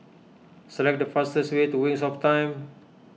select the fastest way to Wings of Time